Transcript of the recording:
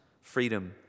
freedom